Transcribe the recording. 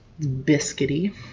Biscuity